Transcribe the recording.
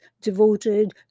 devoted